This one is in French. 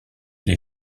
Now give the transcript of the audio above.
les